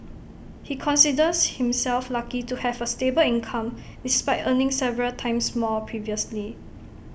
he considers himself lucky to have A stable income despite earning several times more previously